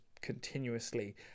continuously